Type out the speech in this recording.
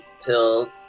till